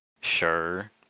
sure